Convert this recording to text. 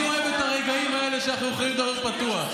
אני אוהב את הרגעים האלה שבהם אנחנו יכולים לדבר פתוח.